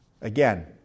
Again